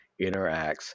interacts